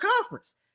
Conference